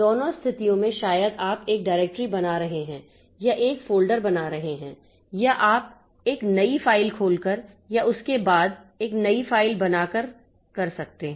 दोनों स्थितियों में शायद आप एक डायरेक्टरी बना रहे हैं या एक फ़ोल्डर बना रहे हैं या आप एक नई फ़ाइल खोलकर या उसके बाद एक नई फ़ाइल बनाकर कर सकते हैं